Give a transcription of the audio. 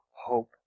hope